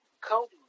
Cody